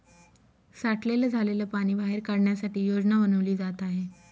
साठलेलं झालेल पाणी बाहेर काढण्यासाठी योजना बनवली जात आहे